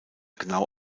genau